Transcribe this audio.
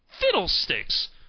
fiddlesticks!